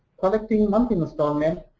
collecting monthly installments,